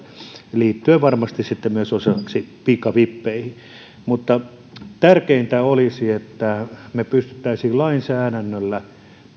liittyen varmasti osaksi myös pikavippeihin mutta tärkeintä olisi että me pystyisimme lainsäädännöllä